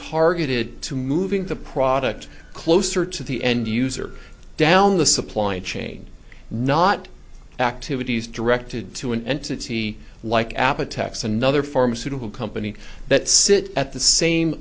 targeted to moving the product closer to the end user down the supply chain not activities directed to an entity like app attacks another pharmaceutical company that sit at the same